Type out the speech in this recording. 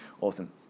Awesome